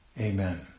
Amen